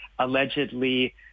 allegedly